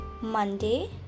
Monday